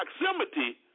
proximity